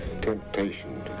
temptation